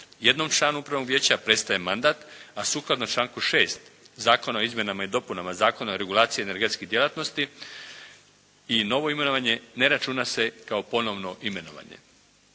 jednom članu Upravnog vijeća prestaje mandat, a sukladno članku 6. Zakona o izmjenama i dopunama Zakona o regulaciji energetskih djelatnosti i novo imenovanje ne računa se kao ponovno imenovanje.